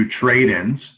trade-ins